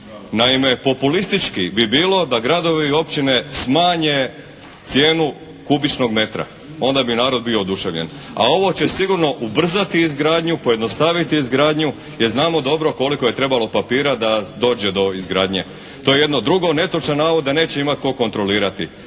Naime populistički bi bilo da gradovi i općine smanje cijenu kubičnog metra. Onda bi narod bio oduševljen. A ovo će sigurno ubrzati izgradnju, pojednostaviti izgradnju jer znamo dobro koliko je trebalo papira da dođe do izgradnje. Drugo, netočan je navod da neće imati tko kontrolirati.